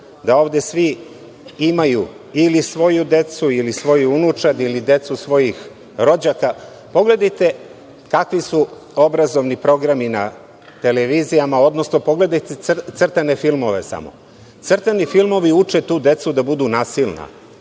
da ovde svi imaju ili svoju decu ili svoju unučad ili decu svojih rođaka, pa pogledajte kakvi su obrazovni programi na televizijama, odnosno, pogledajte samo crtane filmove. Crtani filmovi uče tu decu da budu nasilna,